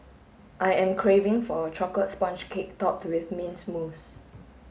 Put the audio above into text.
I am craving for a chocolate sponge cake topped with mint mousse